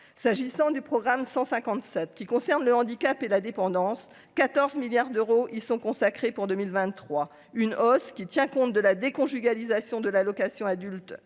s'agissant du programme 157 qui concerne le handicap et la dépendance 14 milliards d'euros, ils sont consacrés pour 2023, une hausse qui tient compte de la déconjugalisation de l'allocation adulte